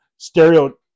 Stereo